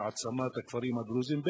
של העצמת הכפרים הדרוזיים,